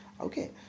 Okay